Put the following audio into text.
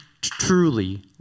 truly